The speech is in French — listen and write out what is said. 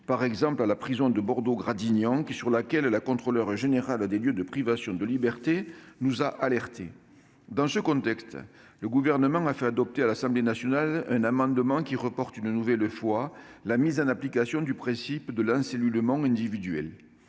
par exemple à la prison de Bordeaux-Gradignan, sur laquelle la Contrôleure générale des lieux de privation de liberté nous a alertés. Dans ce contexte, le Gouvernement a fait adopter, à l'Assemblée nationale, un amendement tendant à reporter une nouvelle fois la mise en application du principe de l'encellulement individuel.